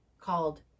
called